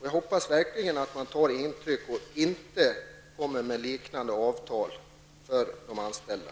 Jag hoppas verkligen att regeringen tar intryck och inte kommer med förslag på liknande avtal för de anställda.